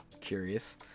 Curious